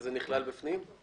זה נכלל בפנים?